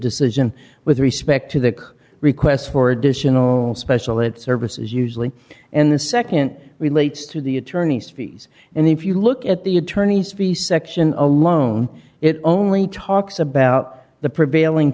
decision with respect to the requests for additional special it services usually and the nd relates to the attorney's fees and if you look at the attorney's fees section of a loan it only talks about the prevailing